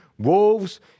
wolves